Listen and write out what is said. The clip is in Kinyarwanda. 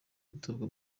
gutabwa